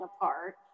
apart